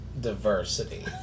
diversity